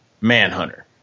Manhunter